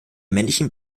männlichen